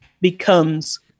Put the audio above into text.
becomes